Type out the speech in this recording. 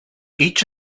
each